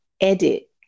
edit